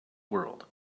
world